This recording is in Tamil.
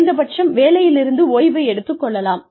குறைந்தபட்சம் வேலையிலிருந்து ஓய்வு எடுத்துக் கொள்ளலாம்